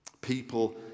people